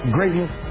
Greatness